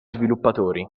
sviluppatori